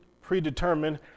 predetermined